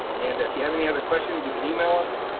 and if you have any other questions, you can email us.